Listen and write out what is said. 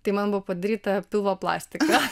tai man buvo padaryta pilvo plastika